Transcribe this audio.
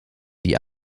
die